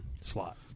slot